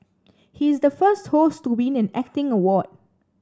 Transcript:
he is the first host to win an acting award